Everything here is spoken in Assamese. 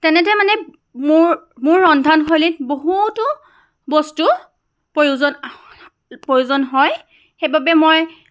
তেনেতে মানে মোৰ মোৰ ৰন্ধনশৈলীত বহুতো বস্তু প্ৰয়োজন প্ৰয়োজন হয় সেইবাবে মই